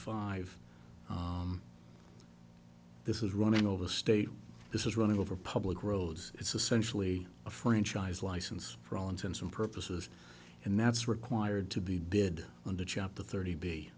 five this is running over the state this is running over public roads it's essentially a franchise license for all intents and purposes and that's required to be bid under chapter thirty b